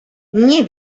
nie